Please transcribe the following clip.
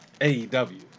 AEW